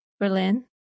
Berlin